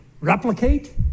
replicate